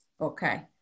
Okay